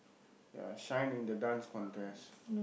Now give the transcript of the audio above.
ya shine in the Dance Contest